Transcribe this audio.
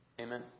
amen